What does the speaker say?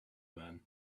man